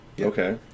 Okay